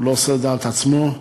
לא עושה על דעת עצמו.